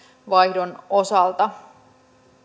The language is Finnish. vaihdon osalta